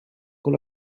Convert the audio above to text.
con